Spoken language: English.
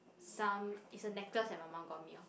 some it's a necklace that my mum got me orh